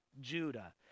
Judah